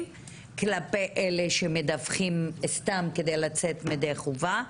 וכלפי אלה שמדווחים סתם כדי לצאת ידי חובה.